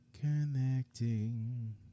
connecting